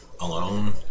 alone